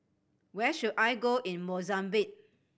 where should I go in Mozambique